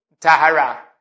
Tahara